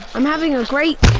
i'm having a great.